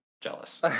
jealous